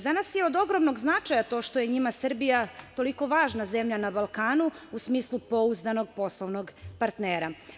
Za nas je od ogromnog značaja to što je njima Srbija toliko važna zemlja na Balkanu u smislu pouzdanog poslovnog partnera.